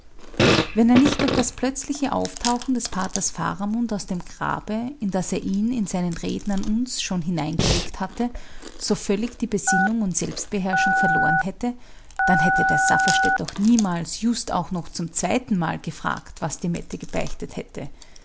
wenn er nicht durch das plötzliche auftauchen des paters faramund aus dem grabe in das er ihn in seinen reden an uns schon hineingelegt hatte so völlig die besinnung und selbstbeherrschung verloren hätte dann hätte der safferstätt doch niemals just auch noch zum zweitenmal gefragt was die mette gebeichtet hätte